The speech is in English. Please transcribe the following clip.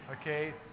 Okay